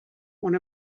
one